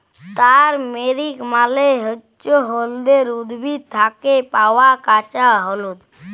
turmeric মালে হচ্যে হল্যদের উদ্ভিদ থ্যাকে পাওয়া কাঁচা হল্যদ